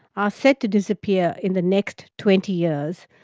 are set to disappear in the next twenty years,